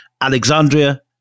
Alexandria